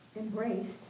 embraced